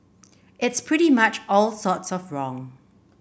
it's pretty much all sorts of wrong